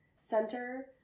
center